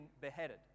beheaded